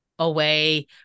away